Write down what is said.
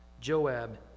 Joab